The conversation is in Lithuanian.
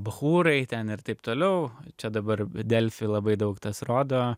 bachūrai ten ir taip toliau čia dabar delfi labai daug tas rodo